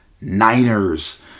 Niners